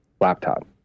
laptop